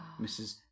Mrs